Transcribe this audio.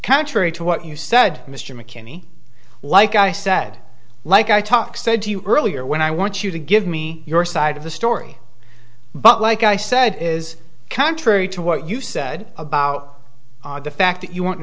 contrary to what you said mr mckinney like i said like i talk said to you earlier when i want you to give me your side of the story but like i said is contrary to what you said about the fact that you